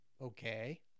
okay